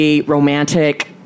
romantic